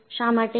શા માટે નથી